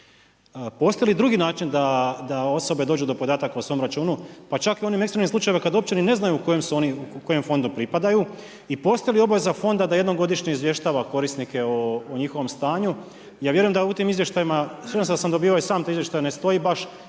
postoji li drugi način da osobe dođu do podataka o svom računu pa čak i u onim ekstremnim slučajevima kada uopće ni ne znaju kojem fondu pripadaju. I postoji li obveza fonda da jednom godišnje izvještava korisnike o njihovom stanju? Ja vjerujem da u tim izvještajima … sam dobivao i sam te izvještaje ne stoji baš